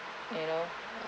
you know